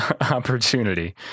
opportunity